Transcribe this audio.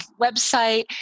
website